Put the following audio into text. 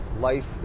life